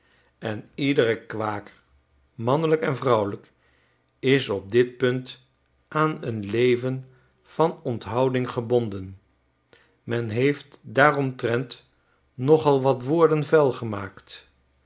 en iedere kwaker mannelijk en vrouwelijk is op dit punt aan een ieven van onthouding gebonden men heeft daaromtrent nogal wat woorden